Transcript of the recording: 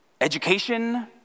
education